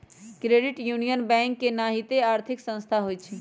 credit union bank के नाहिते आर्थिक संस्था होइ छइ